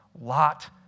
Lot